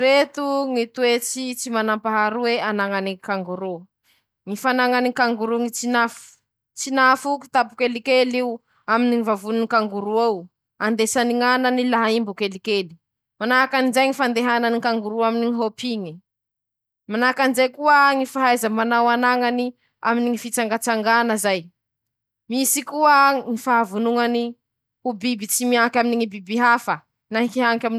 <...>Ñy fomba anehoany ñy piso ñy firaiketam-pony, mañenj'eie ro mikopakopaky, manahaky anizay koa ñy fifampikasoany amiteña. Akosikosiny amin-teñ'eñy ñy vatany noho ñy lohany, laha<shhhhh> i ro asitrin-teña tsy mete, eo avao i misisitsy amin-teñ'eo, mañaraky an-teña avao koa i ze tany omban-teña, bakafara ao avao koa ñy piso<...>.